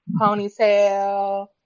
ponytail